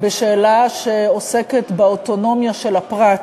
בשאלה שעוסקת באוטונומיה של הפרט,